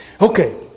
Okay